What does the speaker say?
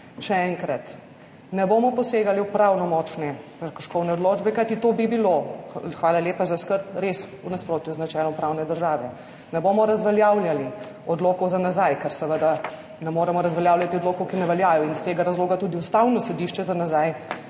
Še enkrat. Ne bomo posegali v pravnomočne prekrškovne odločbe, kajti to bi bilo, hvala lepa za skrb, res v nasprotju z načelom pravne države. Ne bomo razveljavljali odlokov za nazaj, ker seveda ne moremo razveljavljati odlokov, ki ne veljajo, in iz tega razloga tudi Ustavno sodišče za nazaj